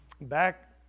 back